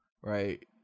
right